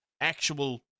actual